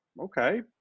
okay